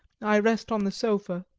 i rest on the sofa,